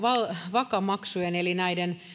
vaka maksujen eli näiden